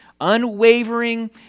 unwavering